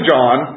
John